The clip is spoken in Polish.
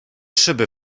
szyby